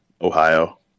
Ohio